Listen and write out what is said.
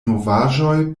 novaĵoj